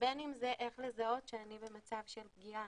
ובין אם זה איך לזהות שאני במצב של פגיעה,